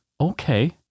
Okay